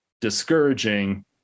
discouraging